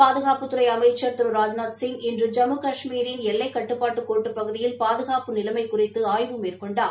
பாதுகாப்புத்துறை திரு ராஜ்நாத்சிங் இன்று ஜம்மு கஷ்மீரின் எல்லைக் கட்டுப்பாட்டுக்கோட்டுப் பகுதியில் பாதுகாப்பு நிலைமை குறித்து ஆய்வு மேற்கொண்டார்